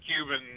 Cuban